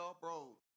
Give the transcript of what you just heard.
bro